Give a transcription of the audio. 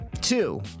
Two